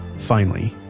finally,